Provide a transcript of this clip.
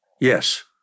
yes